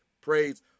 Praise